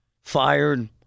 fired